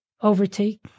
overtake